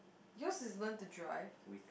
yours is learn to drive